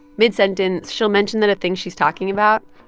midsentence, she'll mentioned that a thing she's talking about,